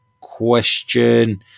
question